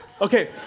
Okay